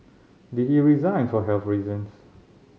did he resign for health reasons